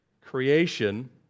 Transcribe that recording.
Creation